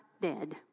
dead